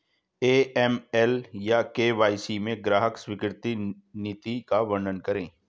AML या KYC में ग्राहक स्वीकृति नीति का वर्णन करें?